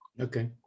Okay